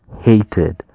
hated